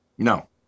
no